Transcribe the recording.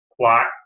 plot